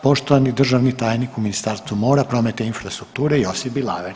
Poštovani državni tajnik u Ministarstvu mora, prometa i infrastrukture Josip Bilaver.